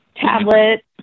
tablet